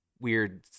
weird